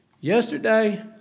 yesterday